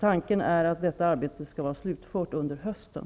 Tanken är att detta arbete skall vara slutfört under hösten.